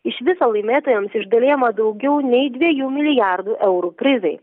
iš viso laimėtojams išdalijama daugiau nei dviejų milijardų eurų prizai